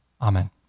Amen